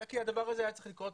אלא כי הדבר הזה היה צריך לקרות